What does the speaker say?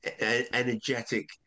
energetic